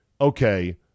okay